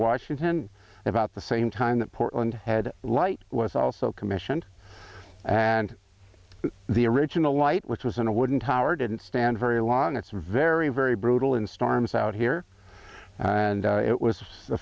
washington about the same time that portland head light was also commissioned and the original light which was on a wooden tower didn't stand very long it's very very brutal and storms out here and it was the